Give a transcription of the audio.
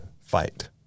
fight